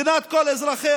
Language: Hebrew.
מדינת כל אזרחיה,